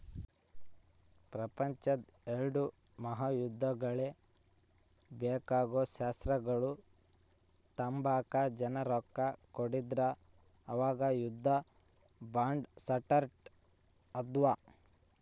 ಪ್ರಪಂಚುದ್ ಎಲ್ಡೂ ಮಹಾಯುದ್ದಗುಳ್ಗೆ ಬೇಕಾಗೋ ಶಸ್ತ್ರಗಳ್ನ ತಾಂಬಕ ಜನ ರೊಕ್ಕ ಕೊಡ್ತಿದ್ರು ಅವಾಗ ಯುದ್ಧ ಬಾಂಡ್ ಸ್ಟಾರ್ಟ್ ಆದ್ವು